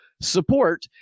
support